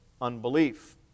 unbelief